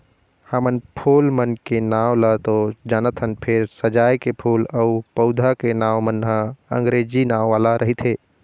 हमन फूल मन के नांव ल तो जानथन फेर सजाए के फूल अउ पउधा के नांव मन ह अंगरेजी नांव वाला रहिथे